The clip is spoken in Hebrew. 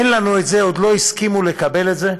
אין לנו את זה, ועוד לא הסכימו לקבל את זה,